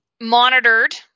monitored